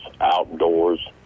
outdoors